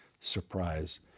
surprise